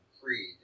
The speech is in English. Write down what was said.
creed